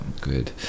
good